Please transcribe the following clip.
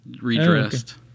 redressed